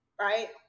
right